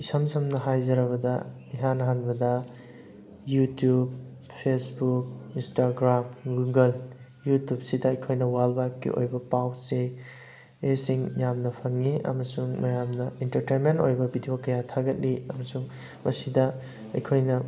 ꯏꯁꯝ ꯁꯝꯅ ꯍꯥꯏꯖꯔꯕꯗ ꯏꯍꯥꯟ ꯍꯥꯟꯕꯗ ꯌꯨꯇ꯭ꯌꯨꯕ ꯐꯦꯁꯕꯨꯛ ꯏꯟꯁꯇꯒ꯭ꯔꯥꯝ ꯒꯨꯒꯜ ꯌꯨꯇ꯭ꯌꯨꯕꯁꯤꯗ ꯑꯩꯈꯣꯏꯅ ꯋꯥꯔꯜ ꯋꯥꯏꯠꯀꯤ ꯑꯣꯏꯕ ꯄꯥꯎ ꯆꯦꯁꯤꯡ ꯌꯥꯝꯅ ꯐꯪꯉꯤ ꯑꯃꯁꯨꯡ ꯃꯌꯥꯝꯅ ꯏꯟꯇꯔꯇꯦꯟꯃꯦꯟ ꯑꯣꯏꯕ ꯚꯤꯗꯤꯑꯣ ꯀꯌꯥ ꯊꯥꯒꯠꯂꯤ ꯑꯃꯁꯨꯡ ꯃꯁꯤꯗ ꯑꯩꯈꯣꯏꯅ